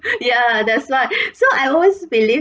ya that's why so I always believe